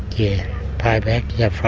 yeah payback, yeah.